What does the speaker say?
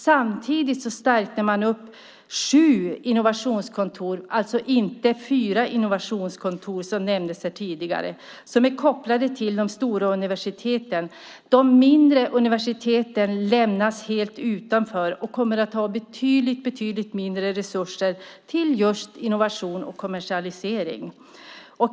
Samtidigt stärkte man sju innovationskontor, inte fyra som nämndes tidigare, som är kopplade till de stora universiteten. De mindre universiteten lämnas helt utanför och kommer att ha betydligt mindre resurser till innovation och kommersialisering.